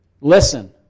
listen